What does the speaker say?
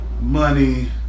money